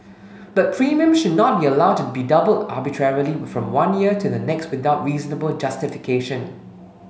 but premiums should not be allowed to be double arbitrarily from one year to the next without reasonable justification